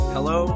Hello